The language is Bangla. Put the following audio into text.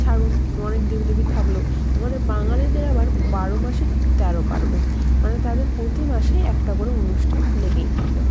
ছাড়ুন অনেক দেব দেবী থাকলেও আমাদের বাঙালিদের আবার বারো মাসে তেরো পার্বণ মানে তাদের প্রতি মাসেই একটা করে অনুষ্ঠান লেগেই থাকে